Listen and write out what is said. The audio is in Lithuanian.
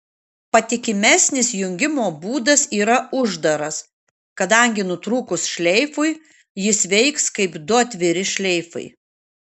patikimesnis jungimo būdas yra uždaras kadangi nutrūkus šleifui jis veiks kaip du atviri šleifai